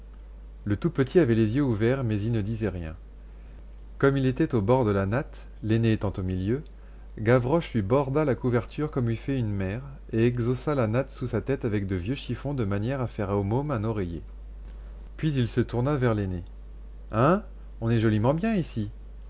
le tout petit avait les yeux ouverts mais il ne disait rien comme il était au bord de la natte l'aîné étant au milieu gavroche lui borda la couverture comme eût fait une mère et exhaussa la natte sous sa tête avec de vieux chiffons de manière à faire au môme un oreiller puis il se tourna vers l'aîné hein on est joliment bien ici